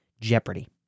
jeopardy